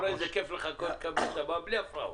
אתה רואה איזה כיף לחכות --- בלי הפרעות.